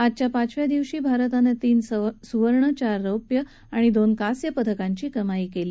आजच्या पाचव्या दिवशी भारतानं तीन सुवर्ण चार रोप्य आणि दोन कांस्य पदकांची कमाई केली